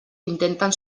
intenten